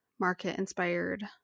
market-inspired